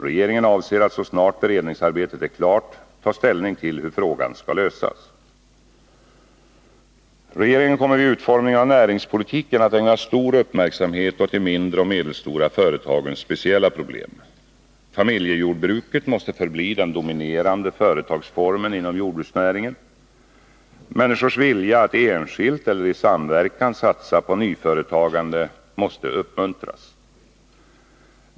Regeringen avser att så snart beredningsarbetet är klart ta ställning till hur frågan skall lösas. Regeringen kommer vid utformningen av näringspolitiken att ägna stor uppmärksamhet åt de mindre och medelstora företagens speciella problem. Familjejordbruket måste förbli den dominerande företagsformen inom jordbruksnäringen. Människors vilja att enskilt eller i samverkan satsa på nyföretagande måste uppmuntras.